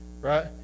right